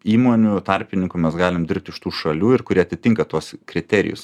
įmonių tarpininkų mes galim dirbti iš tų šalių ir kurie atitinka tuos kriterijus